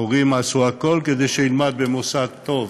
ההורים עשו הכול כדי שילמד במוסד טוב,